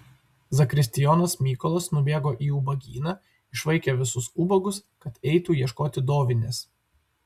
zakristijonas mykolas nubėgo į ubagyną išvaikė visus ubagus kad eitų ieškoti dovinės